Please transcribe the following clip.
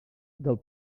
del